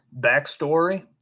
backstory